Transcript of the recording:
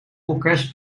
orkest